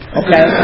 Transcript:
okay